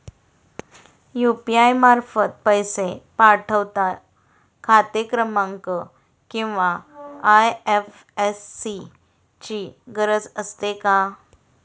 UPI मार्फत पैसे पाठवता खाते क्रमांक किंवा आय.एफ.एस.सी ची गरज असते का?